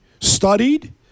studied